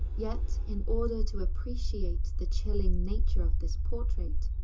yet, in order to appreciate the chilling nature of this portrait,